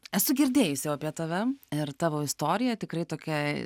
esu girdėjus jau apie tave ir tavo istorija tikrai tokia